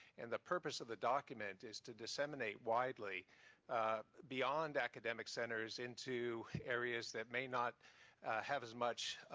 and the purpose of the document is to disseminate widely beyond academic centers into areas that may not have as much